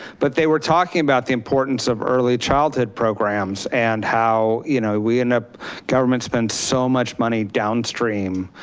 but they were talking about the importance of early childhood programs and how, you know we end up governments spend so much money downstream,